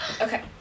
Okay